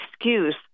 excuse